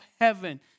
heaven